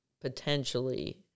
potentially